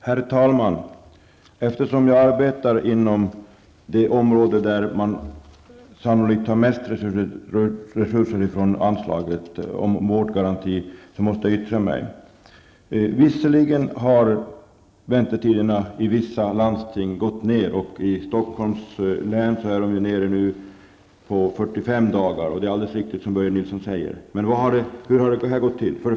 Herr talman! Eftersom jag arbetar inom det område där man sannolikt tar mest resurser från anslaget till vårdgaranti måste jag yttra mig. Visserligen har väntetiderna i vissa landsting gått ned. I Stockholms län är de nu nere i 45 dagar -- det är riktigt som Börje Nilsson här sade. Men hur har det gått till?